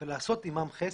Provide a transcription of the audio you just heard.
ולעשות עימם חסד,